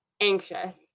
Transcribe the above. anxious